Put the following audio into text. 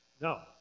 No